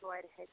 ژورِ ہَتہِ تہ